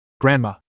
Grandma